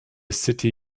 city